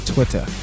Twitter